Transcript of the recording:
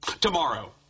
Tomorrow